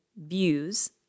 views